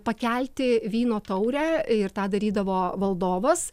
pakelti vyno taurę ir tą darydavo valdovas